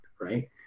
Right